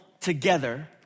together